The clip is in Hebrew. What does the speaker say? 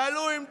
תעלו עם D9,